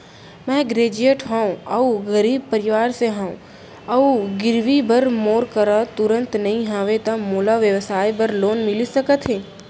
मैं ग्रेजुएट हव अऊ गरीब परवार से हव अऊ गिरवी बर मोर करा तुरंत नहीं हवय त मोला व्यवसाय बर लोन मिलिस सकथे?